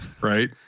Right